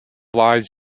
lies